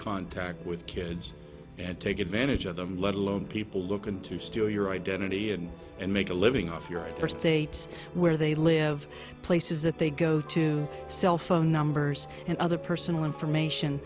contact with kids and take advantage of them let alone people looking to steal your identity and and make a living off your first dates where they live places that they go to cell phone numbers and other personal information